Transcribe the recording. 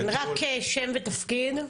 כן, רק שם ותפקיד.